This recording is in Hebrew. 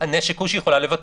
הנשק הוא שהיא יכולה לבטל.